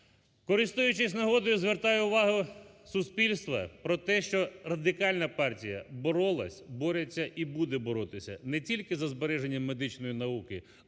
Користуючись нагодою, звертаю увагу суспільства про те, що Радикальна партія боролась, бореться і буде боротися не тільки за збереження медичної науки,